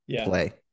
play